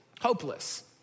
hopeless